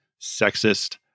sexist